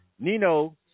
nino